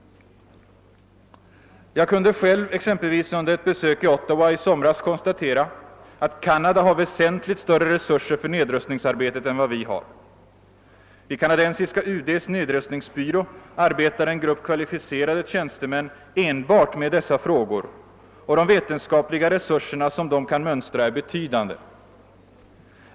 Jag kunde själv exempelvis under ett besök i Ottawa i somras konstatera att Canada har väsentligt större resurser för nedrustningsarbetet än vad vi har. Vid det kanadensiska UD:s nedrustningsbyrå arbetar en grupp kvalificerade tjänstemän enbart med dessa frågor, och de vetenskapliga resurser som de kan mönstra är betydande.